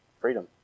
Freedom